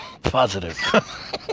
positive